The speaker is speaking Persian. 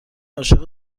عاشق